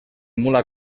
mula